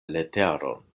leteron